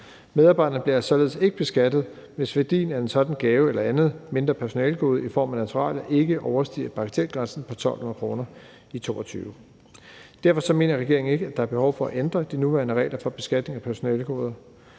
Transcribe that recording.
Medarbejderne bliver således ikke beskattet, hvis værdien af en sådan en gave eller andet mindre personalegode i form af naturalier ikke overstiger bagatelgrænsen på 1.200 kr. i 2022. Derfor mener regeringen ikke, der er behov for at ændre de nuværende regler for beskatning af personalegoder.